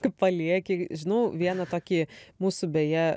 tu palieki žinau vieną tokį mūsų beje